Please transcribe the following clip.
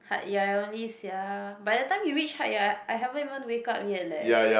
Hat Yai only sia ah by the time you reach Hat-Yai I haven't even wake up yet leh